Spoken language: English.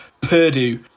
Purdue